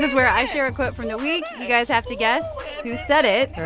where i share a clip from the week. you guys have to guess who said it oh,